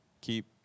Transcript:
keep